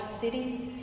cities